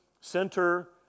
center